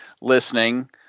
listening